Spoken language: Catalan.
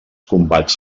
combats